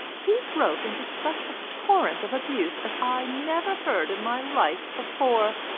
he broke into such a torrent of abuse as i never heard in my life before.